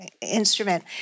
instrument